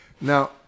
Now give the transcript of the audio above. Now